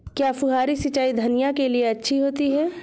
क्या फुहारी सिंचाई धनिया के लिए अच्छी होती है?